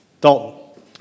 Dalton